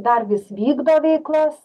dar vis vykdo veiklas